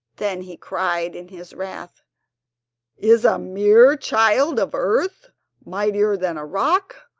then he cried in his wrath is a mere child of earth mightier than a rock?